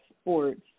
sports